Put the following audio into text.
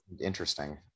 interesting